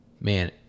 man